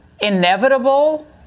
inevitable